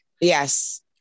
yes